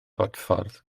bodffordd